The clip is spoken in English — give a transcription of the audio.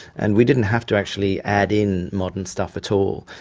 and we didn't have to actually add in modern stuff at all.